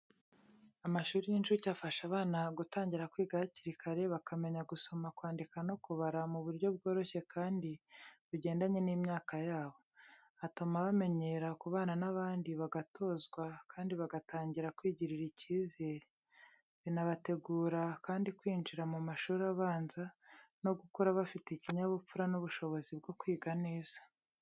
Amashuri y’incuke afasha abana gutangira kwiga hakiri kare, bakamenya gusoma, kwandika no kubara mu buryo bworoshye kandi bugendanye n’ imyaka yabo. Atuma bamenyera kubana n’abandi bagatozwa kandi bagatangira kwigirira icyizere. Binabategura kandi kwinjira mu mashuri abanza no gukura bafite ikinyabupfura n’ubushobozi bwo kwiga neza.